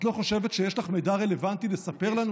את לא חושבת שיש לך מידע רלוונטי לספר לנו?